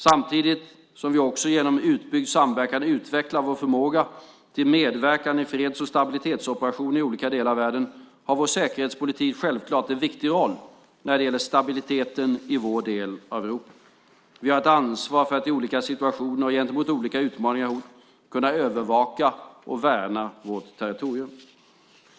Samtidigt som vi också genom utbyggd samverkan utvecklar vår förmåga till medverkan i freds och stabilitetsoperationer i olika delar av världen har vår säkerhetspolitik självklart en viktig roll när det gäller stabiliteten i vår del av Europa. Vi har ett ansvar för att i olika situationer och gentemot olika utmaningar och hot kunna övervaka och värna vårt territorium.